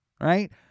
right